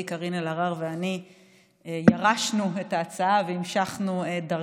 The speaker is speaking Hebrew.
קארין אלהרר ואני ירשנו את ההצעה והמשכנו את דרכה,